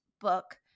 book